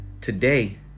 today